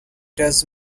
does